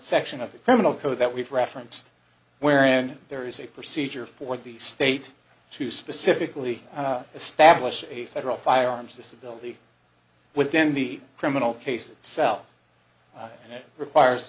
section of the criminal code that we've referenced wherein there is a procedure for the state to specifically establish a federal firearms disability within the criminal case itself and it requires